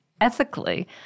ethically